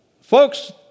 Folks